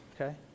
okay